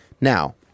Now